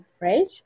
right